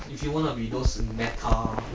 if you want to be those meta